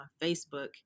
Facebook